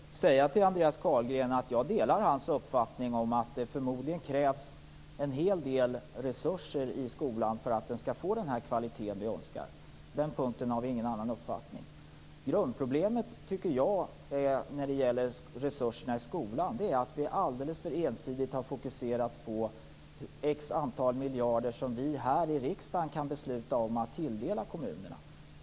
Fru talman! Får jag först säga till Andreas Carlgren att jag delar hans uppfattning om att det förmodligen krävs en hel del resurser i skolan för att den skall få den kvalitet vi önskar. På den punkten har vi ingen annan uppfattning. Grundproblemet när det gäller resurserna i skolan är att vi alldeles för ensidigt har fokuserat på x antal miljarder som vi här i riksdagen kan besluta om att tilldela kommunerna.